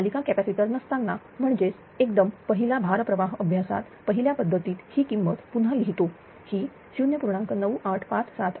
मालिका कॅपॅसिटर नसताना म्हणजेच एकदम पहिला भार प्रवाह अभ्यासात पहिल्या पद्धतीत ही किंमत पुन्हा लिहितो ही 0